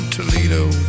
Toledo